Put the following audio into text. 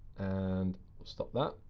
and stop that.